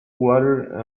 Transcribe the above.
water